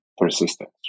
persistence